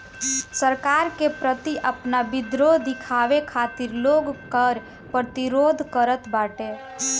सरकार के प्रति आपन विद्रोह दिखावे खातिर लोग कर प्रतिरोध करत बाटे